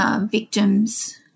victims